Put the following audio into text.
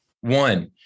One